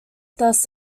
thus